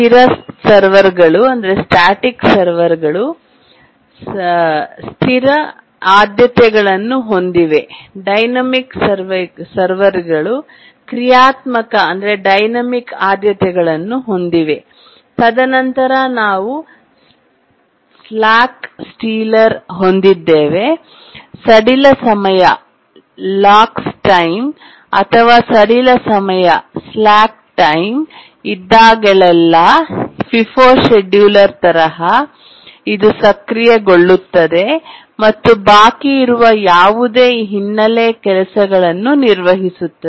ಸ್ಥಿರಸ್ಟ್ಯಾಟಿಕ್ ಸರ್ವರ್ಗಳು ಸ್ಥಿರ ಸ್ಟ್ಯಾಟಿಕ್ಆದ್ಯತೆಗಳನ್ನು ಹೊಂದಿವೆ ಡೈನಾಮಿಕ್ ಸರ್ವರ್ಗಳು ಕ್ರಿಯಾತ್ಮಕ ಡೈನಾಮಿಕ್ ಆದ್ಯತೆಗಳನ್ನು ಹೊಂದಿವೆ ತದನಂತರ ನಾವು ಸ್ಲಾಕ್ ಸ್ಟೀಲರ್ ಹೊಂದಿದ್ದೇವೆ ಸಡಿಲ ಸಮಯ ಲ್ಯಾಕ್ಸ್ ಟೈಮ್ ಅಥವಾ ಸಡಿಲ ಸಮಯ ಸ್ಲಾಕ್ ಟೈಮ್ ಇದ್ದಾಗಲೆಲ್ಲಾ FIFO ಶೆಡ್ಯೂಲರ್ ತರಹ ಇದು ಸಕ್ರಿಯಗೊಳ್ಳುತ್ತದೆ ಮತ್ತು ಬಾಕಿ ಇರುವ ಯಾವುದೇ ಹಿನ್ನೆಲೆ ಕೆಲಸಗಳನ್ನು ನಿರ್ವಹಿಸುತ್ತದೆ